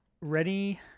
ready